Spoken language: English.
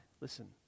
listen